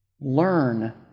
Learn